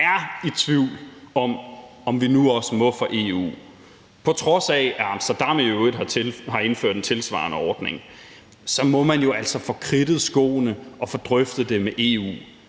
er i tvivl om, om vi nu også må for EU, på trods af at Amsterdam i øvrigt har indført en tilsvarende ordning, så må man jo altså får kridtet skoene og få drøftet det med EU.